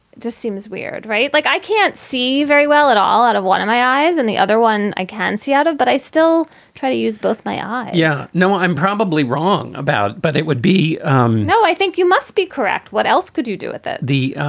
just seems weird, right? like, i can't see very well at all out of one of my eyes and the other one i can see out of. but i still try to use both my eye yeah. no, i'm probably wrong about. but it would be no, i think you must be correct what else could you do at the end.